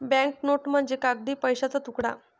bank note म्हणजे कागदी पैशाचा तुकडा